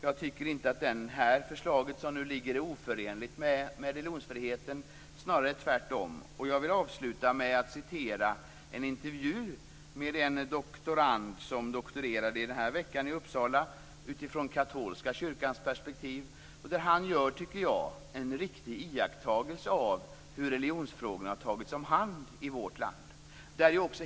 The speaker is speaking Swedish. Jag tycker inte att det förslag som nu ligger är oförenligt med religionsfriheten, snarare tvärtom. Jag vill avsluta med att ta upp en intervju med en doktorand som doktorerade den här veckan i Uppsala utifrån den katolska kyrkans perspektiv. Jag tycker att han gör en riktig iakttagelse av hur religionsfrågorna har tagits om hand i vårt land.